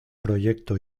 proyecto